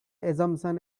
assumption